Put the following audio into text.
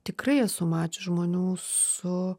tikrai esu mačius žmonių su